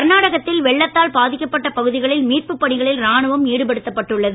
கர்நாடகத்தில் வெள்ளத்தால் பாதிக்கப்பட்ட பகுதிகளில் மீட்புப் பணிகளில் ராணுவம் ஈடுபடுத்தப்பட்டு உள்ளது